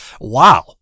Wow